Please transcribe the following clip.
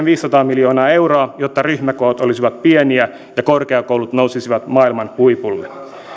viisisataa miljoonaa euroa jotta ryhmäkoot olisivat pieniä ja korkeakoulut nousisivat maailman huipulle